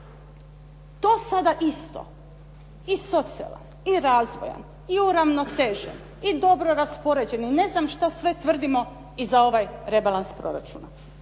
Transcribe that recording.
To sada isto, i socijalan i razvojan i uravnotežen i dobro raspoređen i ne znam što sve tvrdimo i za ovaj rebalans proračuna.